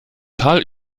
tal